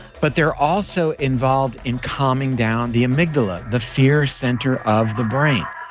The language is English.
but they're also involved in calming down the amygdala, the fear center of the brain